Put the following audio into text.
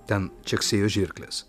ten čeksėjo žirklės